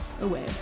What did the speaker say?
away